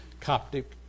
Coptic